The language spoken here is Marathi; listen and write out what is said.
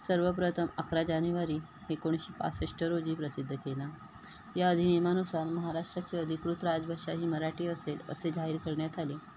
सर्वप्रथम अकरा जानेवारी एकोणीसशे पासष्ट रोजी प्रसिद्ध केला या अधिनियमानुसार महाराष्ट्राची अधिकृत राजभाषा ही मराठी असेल असे जाहीर करण्यात आले